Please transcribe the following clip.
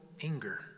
anger